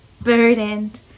burdened